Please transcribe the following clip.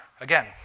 Again